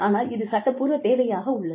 ஆனால் இது சட்டப்பூர்வ தேவையாக உள்ளது